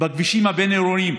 בכבישים הבין-עירוניים.